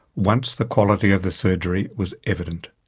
once the quality of the surgery was evident.